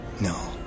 No